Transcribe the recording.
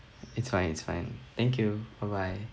it's fine it's fine thank you bye bye